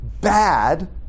bad